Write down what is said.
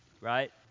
right